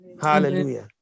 Hallelujah